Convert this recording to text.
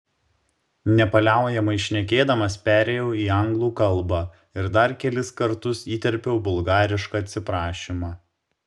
nepaliaujamai šnekėdamas perėjau į anglų kalbą ir dar kelis kartus įterpiau bulgarišką atsiprašymą